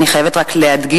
אני חייבת להדגיש,